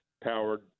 powered